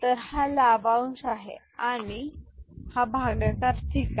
तर हा लाभांश आहे आणि हा भागाकार ठीक आहे